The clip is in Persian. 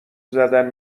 زدن